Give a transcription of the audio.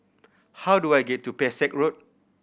how do I get to Pesek Road